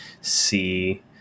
see